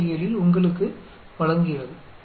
407 இல் உங்களுக்கு வழங்குகிறது